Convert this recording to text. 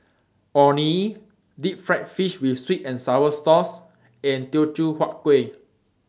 Orh Nee Deep Fried Fish with Sweet and Sour Sauce and Teochew Huat Kueh